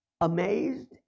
amazed